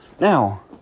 Now